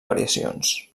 variacions